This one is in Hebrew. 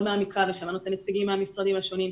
מעמיקה ושמענו את הנציגים מהמשרדים השונים.